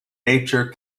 nature